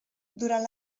durant